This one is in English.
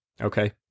okay